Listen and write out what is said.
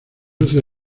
luces